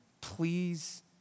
please